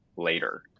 later